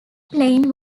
plain